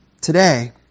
Today